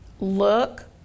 look